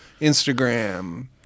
Instagram